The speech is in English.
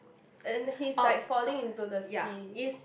and he's like falling into the sea